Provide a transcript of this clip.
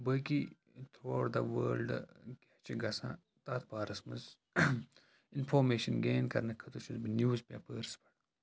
باقی throughout the world کیٛاہ چھِ گژھان تَتھ بارَس منٛز اِنفارمیشَن گین کَرنہٕ خٲطرٕ چھُس بہٕ نِوٕز پیپٲرٕس